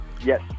Yes